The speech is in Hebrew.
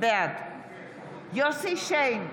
בעד יוסף שיין,